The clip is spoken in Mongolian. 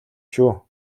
шүү